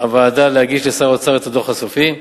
הוועדה להגיש לשר האוצר את הדוח הסופי.